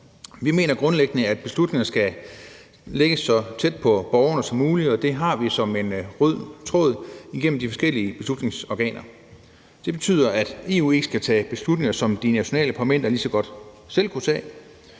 Vi mener grundlæggende, at beslutninger skal lægges så tæt på borgerne som muligt, og det har vi som en rød tråd igennem de forskellige beslutningsorganer. Det betyder, at EU ikke skal tage beslutninger, som de nationale parlamenter lige så godt selv kunne tage,